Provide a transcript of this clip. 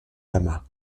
lama